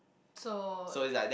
so